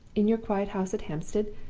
in your quiet house at hampstead,